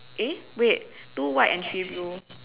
eh wait two white and three blue